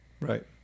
Right